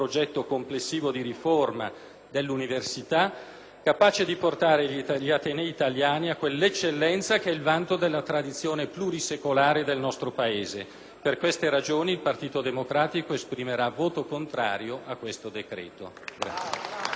dell'università capace di portare gli atenei italiani a quell'eccellenza che è il vanto della tradizione plurisecolare del nostro Paese. Per questi ragioni il Partito Democratico esprimerà voto contrario a questo decreto.